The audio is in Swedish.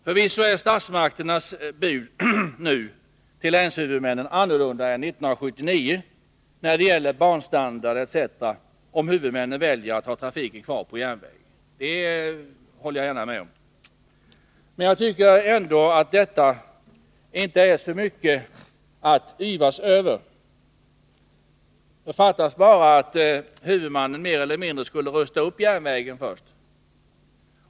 Förvisso är nu statsmakternas bud till länshuvudmännen annorlunda än 1979 när det gäller banstandard etc., om huvudmännen väljer att ha trafiken kvar på järnväg. Men jag tycker ändå att detta inte är så mycket att yvas över. Fattas bara att huvudmännen mer eller mindre skulle rusta upp järnvägen först!